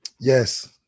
Yes